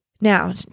Now